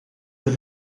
per